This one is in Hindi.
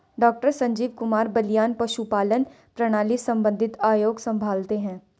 डॉक्टर संजीव कुमार बलियान पशुपालन प्रणाली संबंधित आयोग संभालते हैं